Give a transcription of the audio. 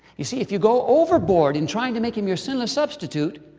you see if you go overboard in trying to make him your sinless substitute,